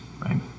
right